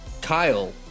Kyle